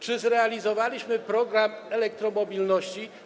Czy zrealizowaliśmy program elektromobilności?